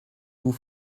vous